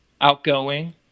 outgoing